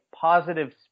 positive